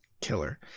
killer